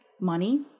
money